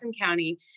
County